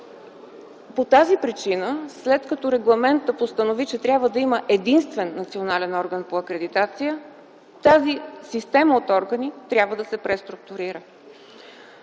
По тази причина, след като регламентът постанови, че трябва да има единствен национален орган по акредитация, тази система от органи трябва да се преструктурира.